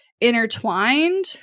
intertwined